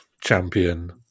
champion